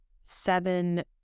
seven